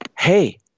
hey